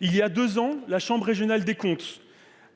Il y a trois ans, la chambre régionale des comptes